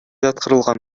жаткырылган